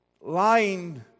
lying